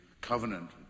covenant